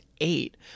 eight